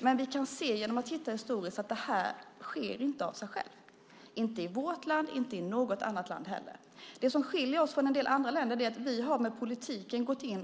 Men genom att vi tittar på historien kan vi se att detta inte sker av sig självt, inte i vårt land och inte i något annat land heller. Det som skiljer oss från en del andra länder är att vi med politiken har gått in